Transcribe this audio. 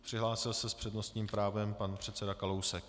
Přihlásil se s přednostním právem pan předseda Kalousek.